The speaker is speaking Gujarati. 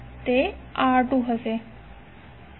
તે R2 હશે